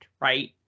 right